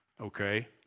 Okay